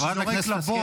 הכנסת.